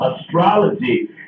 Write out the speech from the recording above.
astrology